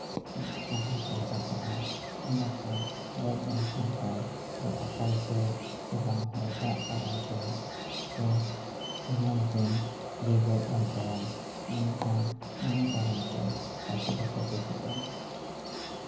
ᱡᱟᱦᱟᱸ ᱠᱚᱭ ᱪᱟᱥ ᱟᱠᱟᱫᱟ ᱚᱱᱟ ᱠᱚ ᱜᱚᱡ ᱞᱮᱱᱠᱷᱟᱱ ᱛᱟᱭ ᱡᱮ ᱟᱠᱟᱞᱛᱮ ᱵᱟᱝ ᱦᱚᱭ ᱫᱟᱜ ᱠᱟᱨᱚᱱᱛᱮ ᱥᱮ ᱮᱢᱟᱱᱛᱮ ᱤᱭᱟᱹ ᱜᱚᱡ ᱮᱱ ᱛᱟᱭᱟ ᱮᱱᱠᱷᱟᱱ ᱚᱱᱟ ᱠᱟᱨᱚᱱᱛᱮ ᱪᱟᱹᱥᱤ ᱫᱚᱠᱚ ᱜᱩᱡᱩᱜᱼᱟ